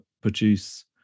produce